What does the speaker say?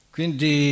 Quindi